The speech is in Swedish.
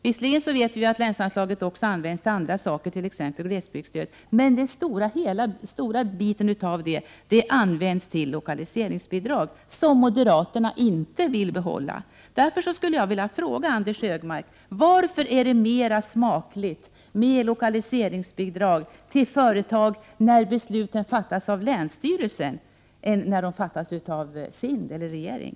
Visserligen vet vi att länsanslaget också används till andra saker, t.ex. glesbygdsstöd, men den stora delen används till lokaliseringsbidrag, som moderaterna inte vill behålla. Därför skulle jag vilja fråga Anders Högmark: Varför är det mer smakligt med lokaliseringsbidrag till företag, när besluten fattas av länsstyrelsen och inte av SIND eller regeringen?